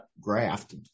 graft